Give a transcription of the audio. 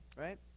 Right